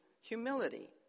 humility